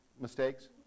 mistakes